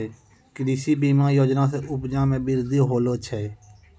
कृषि बीमा योजना से उपजा मे बृद्धि होलो छै